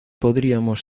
podríamos